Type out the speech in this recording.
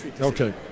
Okay